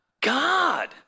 God